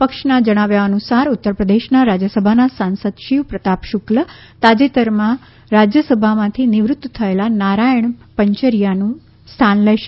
પક્ષના જણાવ્યા અનુસાર ઉત્તર પ્રદેશના રાજ્યસભાના સાંસદ શિવ પ્રતાપ શુક્લ તાજેતરમાં રાજ્યસભામાંથી નિવૃત્ત થયેલા નારાયણ પંચરિયાનું સ્થા ન લેશે